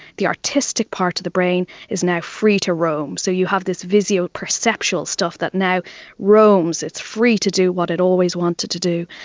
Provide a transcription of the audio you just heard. the artistic part of the brain is now free to roam. so you have this visuoperceptual stuff that now roams, it's free to do what it always wanted to do.